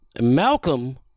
Malcolm